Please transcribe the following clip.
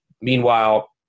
Meanwhile